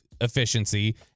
efficiency